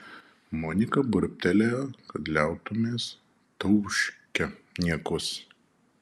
monika burbtelėjo kad liautumės tauškę niekus